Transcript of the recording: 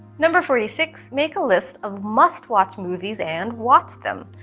number forty six make a list of must watch movies and watch them.